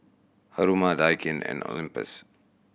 Haruma Daikin and Olympus